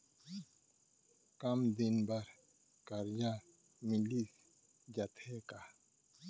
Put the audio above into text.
कम दिन बर करजा मिलिस जाथे का?